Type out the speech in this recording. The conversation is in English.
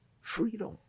freedom